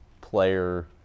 player